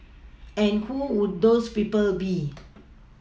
and who would those people be